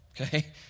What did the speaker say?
Okay